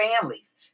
families